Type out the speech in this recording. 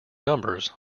numbers